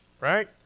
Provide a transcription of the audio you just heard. right